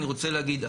אני רוצה להגיד,